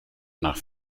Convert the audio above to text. nach